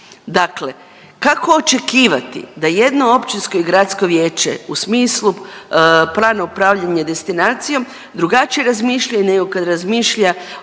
Dakle, kako očekivati da jedno općinsko i gradsko vijeće u smislu plana upravljanja destinacijom drugačije razmišlja nego kad razmišlja